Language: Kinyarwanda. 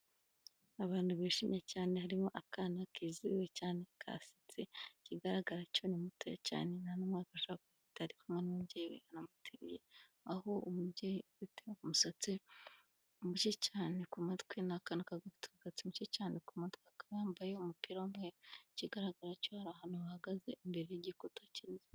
Abantu bishimye cyane, harimo akana kizihiwe cyane, kasetse. Ikigaragara cyo ni muto cyane; nta n'umwaka ushije. Ntiyaba atari kumwe n'umubyeyi we umuteruye. Aho umubyeyi ufite umusatsi mucye cyane ku matwi n'akana gafite umusatsi mucye cyane ku mutwe. Akaba yambaye umupira w'umweru, ikigaragara cyo hari ahantu bahagaze imbere y'igikutu kinini.